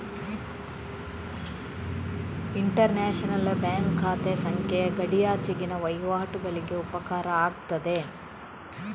inter national bank ಖಾತೆ ಸಂಖ್ಯೆ ಗಡಿಯಾಚೆಗಿನ ವಹಿವಾಟುಗಳಿಗೆ ಉಪಕಾರ ಆಗ್ತದೆ